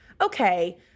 Okay